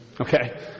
Okay